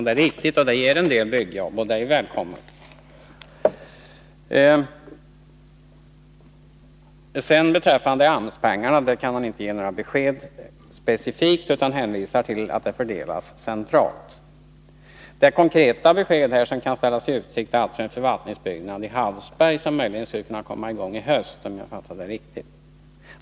Det är riktigt, och detta ger en del byggjobb — och det är välkommet. Beträffande AMS-pengarna kan nu inte lämnas något besked utan där hänvisas till att dessa pengar får fördelas centralt. Det konkreta besked som kan lämnas gäller en förvaltningsbyggnad i Hallsberg, som skulle kunna komma i gång i höst, om jag fattat rätt.